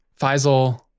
faisal